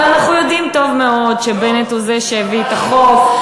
אבל אנחנו יודעים טוב מאוד שבנט הוא זה שהביא את החוק,